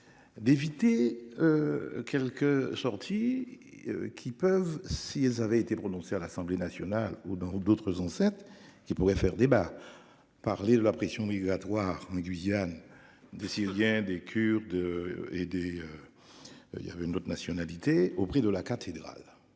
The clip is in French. D'éviter. Quelques sorties. Qui peuvent si elles avaient été prononcés à l'Assemblée nationale ou dans d'autres, en fait qui pourrait faire débat. Parler de la pression migratoire en Guyane des Syriens des Kurdes. Et des. Il y avait une autre nationalité au prix de la cathédrale.